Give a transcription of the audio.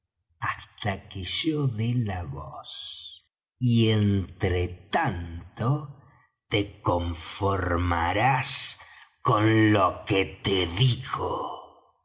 hasta que yo dé la voz y entre tanto te conformarás con lo que te digo